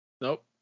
Nope